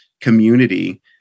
community